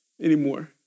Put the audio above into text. anymore